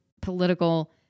political